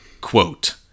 Quote